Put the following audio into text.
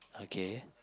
okay